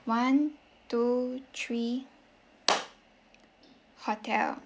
one two three hotel